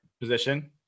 Position